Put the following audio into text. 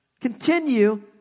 Continue